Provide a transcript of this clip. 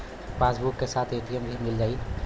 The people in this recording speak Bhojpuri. पासबुक के साथ ए.टी.एम भी मील जाई?